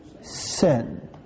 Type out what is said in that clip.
sin